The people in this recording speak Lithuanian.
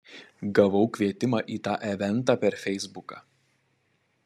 gavau kvietimą į tą eventą per feisbuką